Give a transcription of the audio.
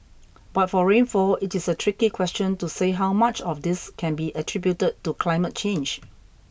but for rainfall it is a tricky question to say how much of this can be attributed to climate change